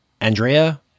Andrea